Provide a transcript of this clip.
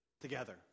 together